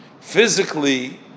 Physically